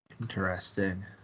Interesting